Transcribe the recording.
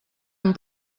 amb